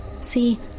See